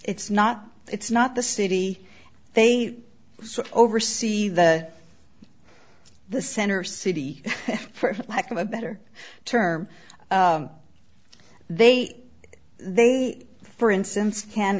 it's not it's not the city they so over see the the center city for lack of a better term they they for instance can